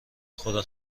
خدا